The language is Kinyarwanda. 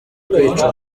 kwica